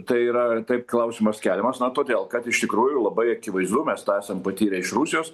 tai yra taip klausimas keliamas na todėl kad iš tikrųjų labai akivaizdu mes tą esam patyrę iš rusijos